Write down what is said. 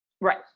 Right